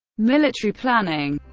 military planning